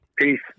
Peace